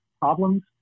problems